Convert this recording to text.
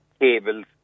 cables